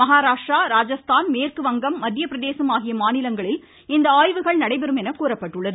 மகாராஷ்டிரா ராஜஸ்தான் மேற்குவங்கம் மத்திய பிரதேசம் ஆகிய மாநிலங்களில் இந்த ஆய்வுகள் நடைபெறும் என கூறப்பட்டுள்ளது